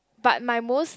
but my most